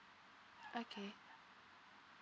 okay